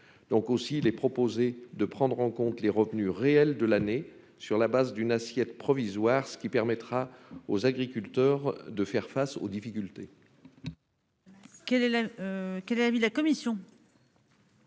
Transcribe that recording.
de l'amendement proposent de prendre en compte les revenus réels de l'année, sur la base d'une assiette provisoire, ce qui permettra aux agriculteurs d'affronter les difficultés.